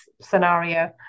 scenario